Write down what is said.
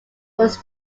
was